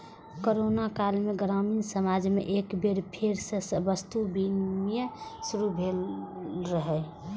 corona काल मे ग्रामीण समाज मे एक बेर फेर सं वस्तु विनिमय शुरू भेल रहै